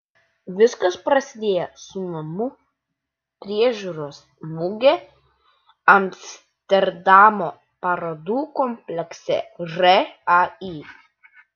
viskas prasidėjo su namų priežiūros muge amsterdamo parodų komplekse rai